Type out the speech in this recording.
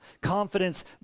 Confidence